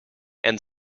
and